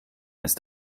ist